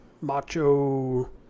macho